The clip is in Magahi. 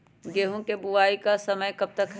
गेंहू की बुवाई का समय कब तक है?